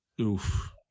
Oof